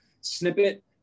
snippet